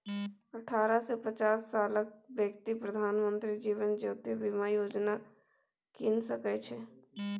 अठारह सँ पचास सालक बेकती प्रधानमंत्री जीबन ज्योती बीमा योजना कीन सकै छै